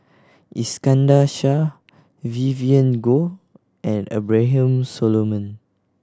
Iskandar Shah Vivien Goh and Abraham Solomon